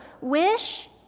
wish